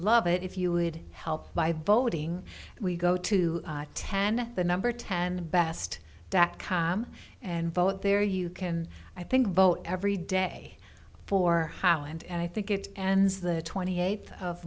love it if you would help by voting we go to ten the number ten best dot com and vote there you can i think vote every day for highland and i think it ends the twenty eighth of